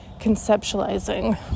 conceptualizing